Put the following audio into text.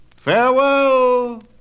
Farewell